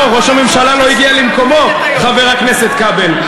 לא, ראש הממשלה לא הגיע למקומו, חבר הכנסת כבל.